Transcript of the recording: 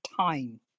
time